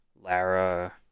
Lara